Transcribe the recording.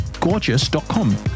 gorgeous.com